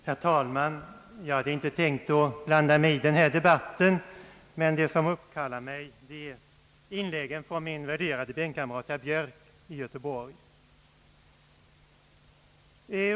Herr talman! Jag hade egentligen inte tänkt att blanda mig i denna debatt. Det som uppkallar mig är inlägget från min värderade bänkkamrat, herr Björk i Göteborg.